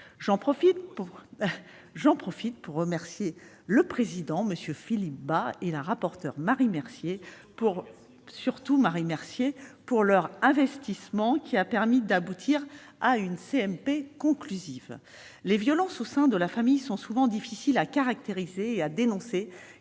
J'en profite pour remercier le président Philippe Bas et la rapporteure Marie Mercier de leur investissement, ... Surtout Marie Mercier !... qui a permis d'aboutir à une CMP conclusive. Les violences au sein de la famille sont souvent difficiles à caractériser et à dénoncer,